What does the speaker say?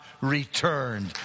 returned